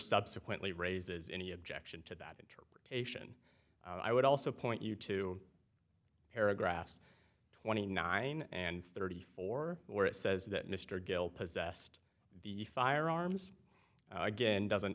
subsequently raises any objection to that interpretation i would also point you to paragraphs twenty nine and thirty four where it says that mr gill possessed the firearms again doesn't